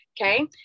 Okay